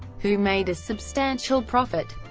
who made a substantial profit.